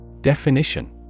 Definition